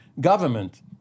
government